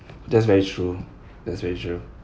that's very true that's very true